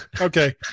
Okay